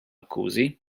akkużi